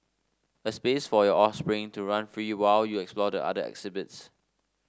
a space for your offspring to run free while you explore the other exhibits